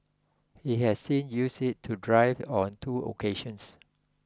he has since used it to drive on two occasions